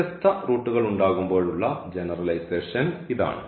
വ്യത്യസ്ത റൂട്ടുകൾ ഉണ്ടാകുമ്പോഴുള്ള ജനറലൈസേഷൻ ഇതാണ്